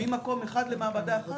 ממקום אחד למעבדה אחת.